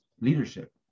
leadership